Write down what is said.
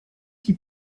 qui